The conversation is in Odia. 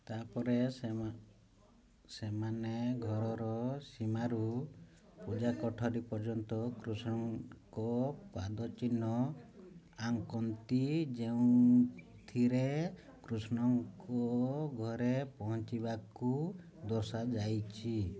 ତା'ପରେ ସେମାନେ ଘରର ସୀମାରୁ ପୂଜା କୋଠରୀ ପର୍ଯ୍ୟନ୍ତ କୃଷ୍ଣଙ୍କ ପାଦଚିହ୍ନ ଆଙ୍କନ୍ତି ଯେଉଁଥିରେ କୃଷ୍ଣଙ୍କ ଘରେ ପହଞ୍ଚିବାକୁ ଦର୍ଶାଯାଇଛି